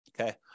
Okay